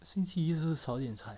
星期一是不是少一点菜